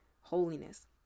holiness